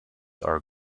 are